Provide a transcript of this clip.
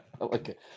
Okay